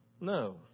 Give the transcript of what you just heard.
No